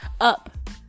up